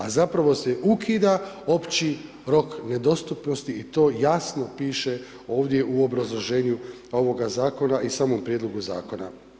A zapravo se ukida opći rok nedostupnosti i to jasno piše ovdje u obrazloženju ovoga zakona i samom prijedlogu zakona.